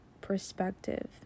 perspective